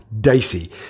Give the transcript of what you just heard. dicey